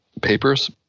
papers